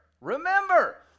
remember